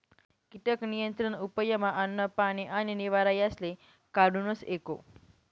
कीटक नियंत्रण उपयमा अन्न, पानी आणि निवारा यासले काढूनस एको